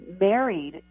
married